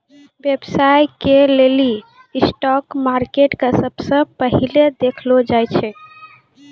व्यवसाय के लेली स्टाक मार्केट के सबसे पहिलै देखलो जाय छै